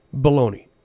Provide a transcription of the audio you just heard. baloney